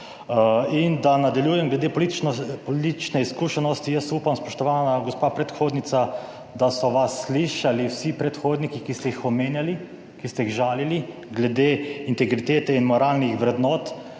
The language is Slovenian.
In da nadaljujem glede politično, politične izkušenosti, jaz upam, spoštovana gospa predhodnica, da so vas slišali vsi predhodniki, ki ste jih omenjali, ki ste jih žalili glede integritete in moralnih vrednot,